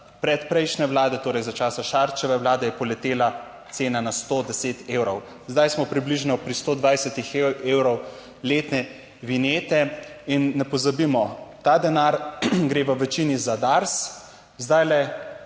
predprejšnje Vlade, torej za časa Šarčeve Vlade, je poletela cena na 110 evrov. Zdaj smo približno pri 120 evrov letne vinjete. In ne pozabimo, ta denar gre v večini za Dars. Že